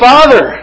Father